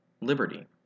liberty